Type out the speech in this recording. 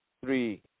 three